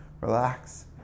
relax